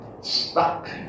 stuck